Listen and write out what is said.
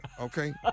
okay